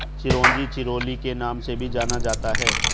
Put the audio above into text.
चिरोंजी चिरोली के नाम से भी जाना जाता है